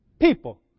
people